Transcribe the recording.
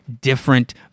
different